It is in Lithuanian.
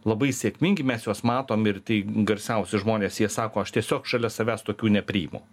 labai sėkmingi mes juos matom ir tai garsiausi žmonės jie sako aš tiesiog šalia savęs tokių nepriimu